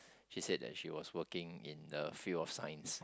she said that she was working in the field of science